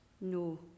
No